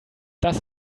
das